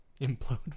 Implode